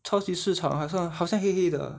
超级市场好像好像黑黑的